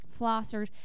flossers